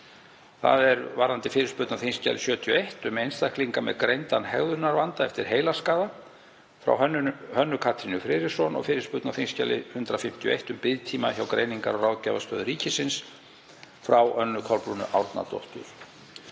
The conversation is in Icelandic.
varðandi fyrirspurn á þskj. 71, um einstaklinga með greindan hegðunarvanda eftir heilaskaða, frá Hönnu Katrínu Friðriksson, og fyrirspurn á þskj. 151, um biðtíma hjá Greiningar- og ráðgjafarstöð ríkisins, frá Önnu Kolbrúnu Árnadóttur.